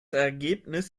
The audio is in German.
ergebnis